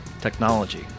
technology